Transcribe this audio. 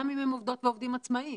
גם אם הם עובדות ועובדים עצמאיים.